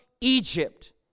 Egypt